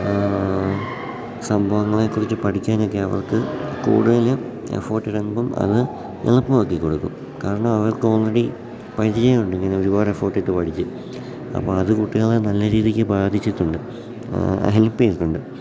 സംഭവങ്ങളെക്കുറിച്ച് പഠിക്കാനൊക്കെ അവർക്ക് കൂടുതൽ എഫേർട്ട് ഇടുമ്പം അത് എളുപ്പമാക്കി കൊടുക്കും കാരണം അവർക്ക് ഓൾറെഡി പരിചയമുണ്ട് ഇങ്ങനെ ഒരുപാട് എഫേർട്ടിട്ട് പഠിച്ച് അപ്പം അത് കുട്ടികളെ നല്ല രീതിക്ക് ബാധിച്ചിട്ടുണ്ട് ഹെൽപ്പ് ചെയ്തിട്ടുണ്ട്